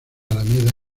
alameda